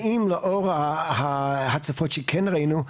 האם לאור ההצפות שכן ראינו,